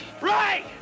right